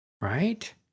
right